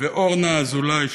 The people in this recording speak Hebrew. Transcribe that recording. ואורנה אזולאי.